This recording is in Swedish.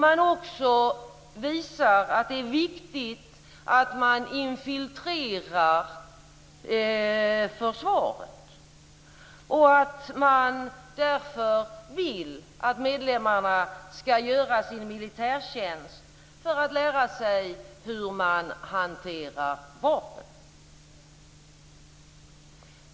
Man säger att det är viktigt att infiltrera försvaret och att man vill att medlemmarna skall göra sin militärtjänst för att de skall lära sig att hantera vapen.